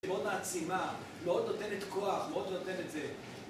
מאוד מעצימה, מאוד נותנת כוח, מאוד נותנת זה